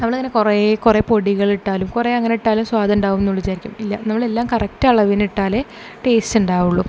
നമ്മളിങ്ങനെ കുറെ കുറെ പൊടികളിട്ടാലും കുറെ അങ്ങനെട്ടാലും സ്വാദുണ്ടാവൂന്ന് വിചാരിക്കും ഇല്ല നമ്മളെല്ലാം കറക്റ്റ് അളവിനിട്ടാലേ ടേസ്റ്റ് ഉണ്ടാവുള്ളു